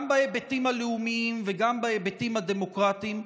גם בהיבטים הלאומים וגם בהיבטים הדמוקרטיים,